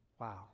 Wow